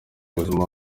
ubuzima